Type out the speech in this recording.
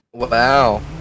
Wow